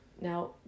now